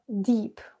deep